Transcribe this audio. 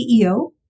CEO